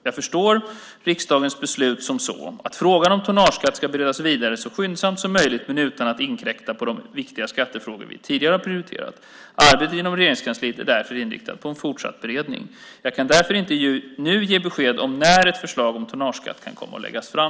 Jag förstår riksdagens beslut som så att frågan om tonnageskatt ska beredas vidare så skyndsamt som möjligt men utan att inkräkta på de viktiga skattefrågor vi tidigare har prioriterat. Arbetet inom Regeringskansliet är därför inriktat på en fortsatt beredning. Jag kan därför inte nu ge besked om när ett förslag om tonnageskatt kan komma att läggas fram.